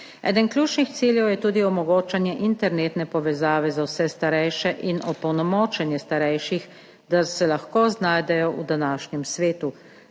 Eden ključnih ciljev je tudi omogočanje internetne povezave za vse starejše in opolnomočenje starejših, da se lahko znajdejo v današnjem svetu,